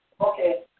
Okay